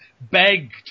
begged